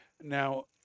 Now